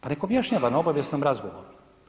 Pa neka objašnjava na obavijesnom razgovoru.